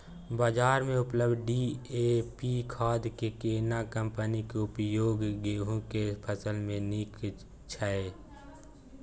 बाजार में उपलब्ध डी.ए.पी खाद के केना कम्पनी के उपयोग गेहूं के फसल में नीक छैय?